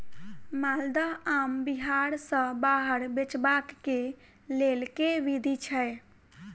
माल्दह आम बिहार सऽ बाहर बेचबाक केँ लेल केँ विधि छैय?